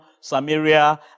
Samaria